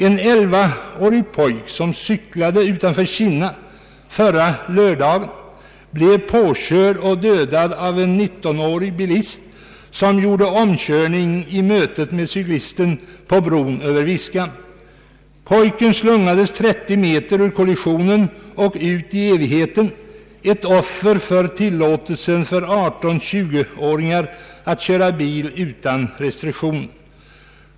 ”En 11-årig pojk som cyklade utanför Kinna förra lördagen blev påkörd och dödad av en 19-årig bilist som gjorde omkörning i mötet med cyklisten på bron över Viskan. Pojken slungades 30 meter ur kollisionen och ut i evigheten, ett offer för tillåtelsen för 18— 20-åringar att köra bil utan restriktioner.